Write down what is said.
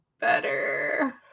better